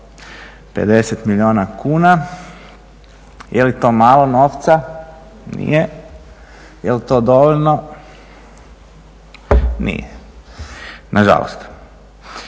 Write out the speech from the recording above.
50 milijuna kuna. Je li to malo novca? Nije. Je li to dovoljno? Nije. Nažalost.